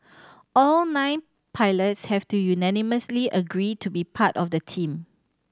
all nine pilots have to unanimously agree to be part of the team